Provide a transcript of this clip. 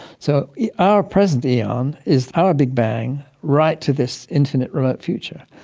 so yeah our present eon is our big bang right to this infinite remote future.